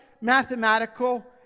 mathematical